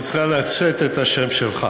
היא צריכה לשאת את השם שלך,